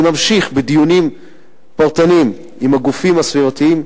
אני ממשיך בדיונים פרטניים עם הגופים הסביבתיים,